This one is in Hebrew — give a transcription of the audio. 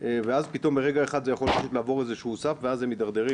ואז פתאום ברגע אחד זה יכול לעבור איזה שהוא סף והם מידרדרים